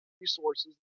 resources